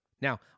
Now